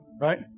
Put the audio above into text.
right